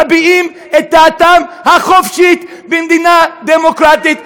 מביעים את דעתם החופשית במדינה דמוקרטית,